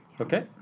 Okay